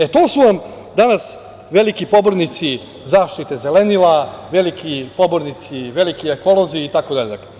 E, to su vam danas veliki pobornici zaštite zelenila, veliki pobornici, veliki ekolozi itd.